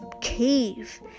cave